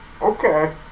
Okay